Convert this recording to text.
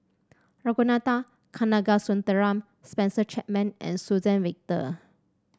Ragunathar Kanagasuntheram Spencer Chapman and Suzann Victor